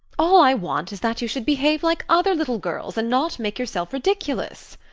all i want is that you should behave like other little girls and not make yourself ridiculous.